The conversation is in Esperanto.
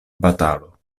batalo